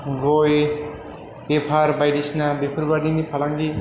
गय बेफार बायदिसिना बेफोर बायदिनि फालांगि